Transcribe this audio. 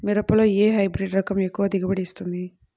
మిరపలో ఏ హైబ్రిడ్ రకం ఎక్కువ దిగుబడిని ఇస్తుంది?